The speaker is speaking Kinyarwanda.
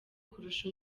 kurusha